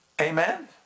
Amen